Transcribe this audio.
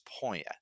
point